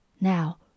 Now